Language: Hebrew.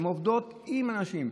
הן עובדות עם הנשים.